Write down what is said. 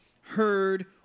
heard